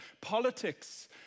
politics